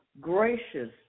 gracious